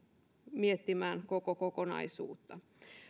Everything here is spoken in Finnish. miettimään koko kokonaisuutta